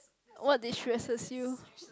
what did stresses you